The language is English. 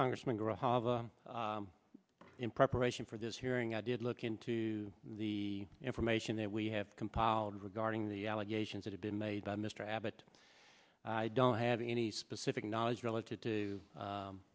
congressman darrell hava in preparation for this hearing i did look into the information that we have compiled regarding the allegations that have been made by mr abbott i don't have any specific knowledge relative to